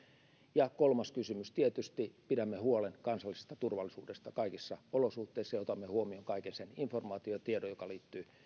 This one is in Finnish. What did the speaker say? ja kolmas kysymys tietysti pidämme huolen kansallisesta turvallisuudesta kaikissa olosuhteissa ja otamme huomioon kaiken sen informaatiotiedon joka liittyy